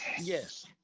Yes